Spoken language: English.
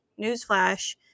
newsflash